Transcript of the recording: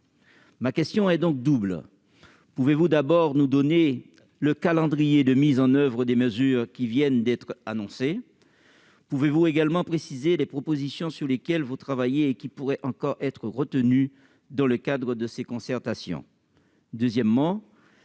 : premièrement, pouvez-vous nous donner le calendrier de mise en oeuvre des mesures qui viennent d'être annoncées ? Pouvez-vous également préciser les propositions sur lesquelles vous travaillez et qui pourraient encore être retenues dans le cadre de ces concertations ?